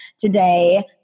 today